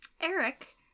Eric